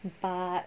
but